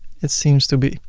it seems to be.